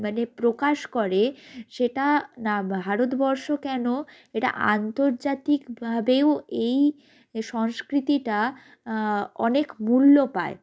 মানে প্রকাশ করে সেটা না ভারতবর্ষ কেন এটা আন্তর্জাতিকভাবেও এই সংস্কৃতিটা অনেক মূল্য পায়